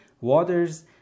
waters